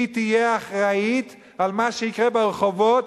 היא תהיה האחראית למה שיקרה ברחובות,